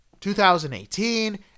2018